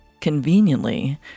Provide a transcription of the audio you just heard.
Conveniently